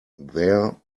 there